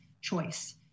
choice